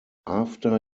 after